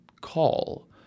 call